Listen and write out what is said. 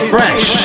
Fresh